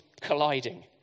colliding